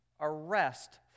Arrest